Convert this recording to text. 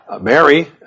Mary